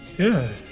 yeah,